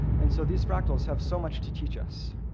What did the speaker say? and so these fractals have so much to teach us.